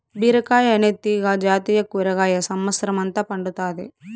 బీరకాయ అనే తీగ జాతి కూరగాయ సమత్సరం అంత పండుతాది